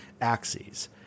axes